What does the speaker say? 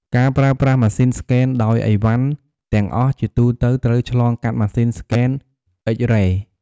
ការប្រើប្រាស់ម៉ាស៊ីនស្កេន ដោយឥវ៉ាន់ទាំងអស់ជាទូទៅត្រូវឆ្លងកាត់ម៉ាស៊ីនស្កេន X-ray។